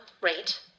rate